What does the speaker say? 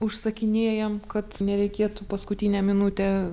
užsakinėjam kad nereikėtų paskutinę minutę